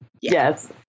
Yes